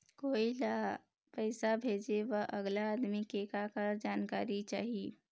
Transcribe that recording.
कोई ला पैसा भेजे बर अगला आदमी के का का जानकारी चाही?